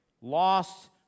lost